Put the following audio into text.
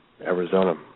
Arizona